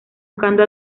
buscando